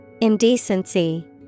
Indecency